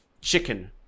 chicken